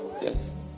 Yes